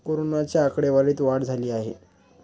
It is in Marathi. कोरोनाच्या आकडेवारीत वाढ झाली आहे